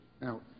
Now